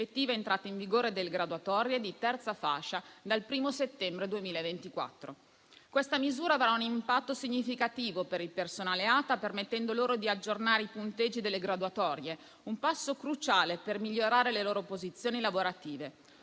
entrata in vigore delle graduatorie di terza fascia dal 1° settembre 2024. Questa misura avrà un impatto significativo per il personale ATA, permettendo loro di aggiornare i punteggi delle graduatorie, un passo cruciale per migliorare le loro posizioni lavorative.